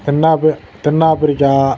தென்னாப் தென்ஆப்ரிக்கா